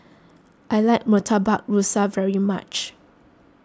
I like Murtabak Rusa very much